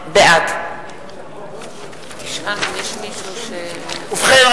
בעד ובכן,